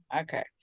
Okay